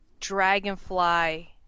Dragonfly